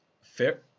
Fair